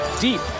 deep